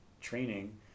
training